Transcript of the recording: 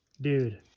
Dude